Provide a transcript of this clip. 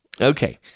Okay